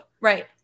Right